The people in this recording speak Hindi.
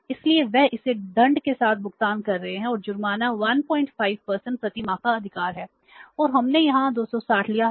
इसलिए वे इसे दंड के साथ भुगतान कर रहे हैं और जुर्माना 15 प्रति माह का अधिकार है और हमने यहां 260 लिया है